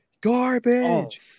Garbage